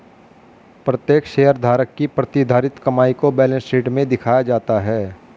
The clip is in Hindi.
प्रत्येक शेयरधारक की प्रतिधारित कमाई को बैलेंस शीट में दिखाया जाता है